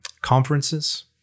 conferences